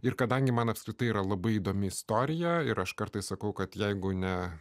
ir kadangi man apskritai yra labai įdomi istorija ir aš kartais sakau kad jeigu ne